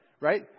right